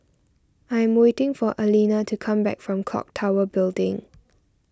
I am waiting for Alina to come back from Clock Tower Building